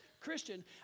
Christian